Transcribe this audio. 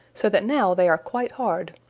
so that now they are quite hard,